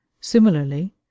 similarly